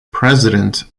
president